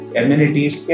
amenities